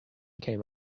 came